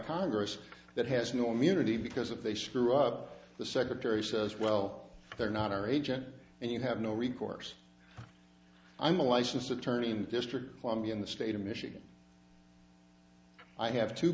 congress that has no immunity because if they screw up the secretary says well they're not our agent and you have no recourse i'm a licensed attorney in the district of columbia in the state of michigan i have two